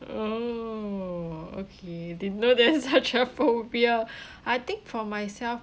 oh okay didn't know there is such a phobia I think for myself